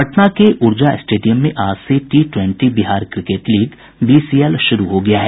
पटना के ऊर्जा स्टेडियम में आज से T twenty Bihar cricket league BCL शुरू हो गया है